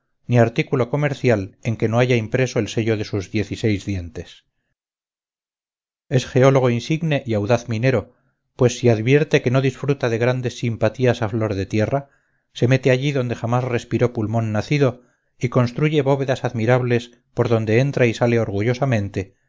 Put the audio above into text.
ni artículo comercial en que no haya impreso el sello de sus diez y seis dientes es geólogo insigne y audaz minero pues si advierte que no disfruta de grandes simpatías a flor de tierra se mete allí donde jamás respiró pulmón nacido y construye bóvedas admirables por donde entra y sale orgullosamente